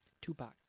Tupac